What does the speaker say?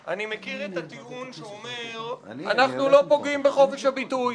אני מכיר את הטיעון שאומר: אנחנו לא פוגעים בחופש הביטוי,